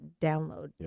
download